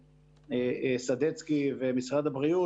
סדצקי ומשרד הבריאות,